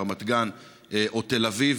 ברמת גן או בתל אביב.